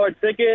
ticket